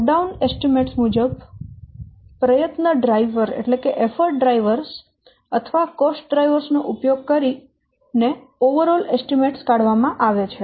ટોપ down અંદાજ મુજબ પ્રયત્ન ડ્રાયવર અથવા ખર્ચ ડ્રાયવર નો ઉપયોગ કરીને એકંદર અંદાજ કાઢવામાં આવે છે